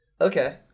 Okay